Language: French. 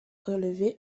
relevés